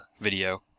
video